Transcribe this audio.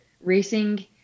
racing